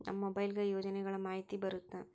ನಮ್ ಮೊಬೈಲ್ ಗೆ ಯೋಜನೆ ಗಳಮಾಹಿತಿ ಬರುತ್ತ?